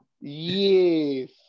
yes